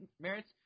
merits